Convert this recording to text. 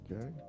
Okay